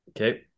Okay